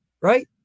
right